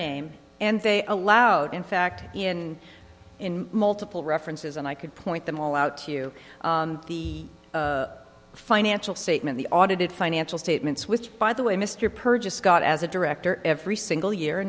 name and they allowed in fact in in multiple references and i could point them all out to you the financial statement the audited financial statements which by the way mr purchase got as a director every single year